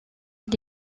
est